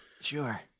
Sure